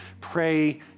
pray